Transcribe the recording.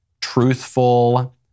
truthful